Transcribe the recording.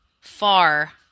far